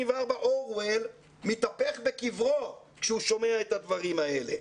אורוול מתהפך בקברו כשהוא שומע את הדברים האלה.